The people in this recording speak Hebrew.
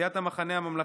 סיעת המחנה הממלכתי,